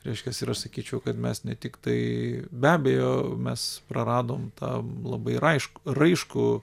reiškias ir aš sakyčiau kad mes ne tik tai be abejo mes praradom tą labai raiškų raiškų